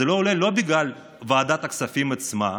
זה לא עולה לא בגלל ועדת הכספים עצמה,